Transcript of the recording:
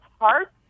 heart